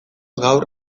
gaur